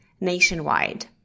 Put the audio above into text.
nationwide